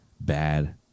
bad